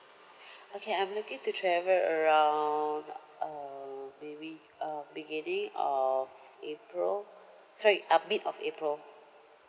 okay I'm looking to travel around uh maybe uh beginning of april sorry uh mid of april